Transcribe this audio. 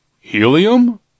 Helium